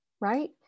right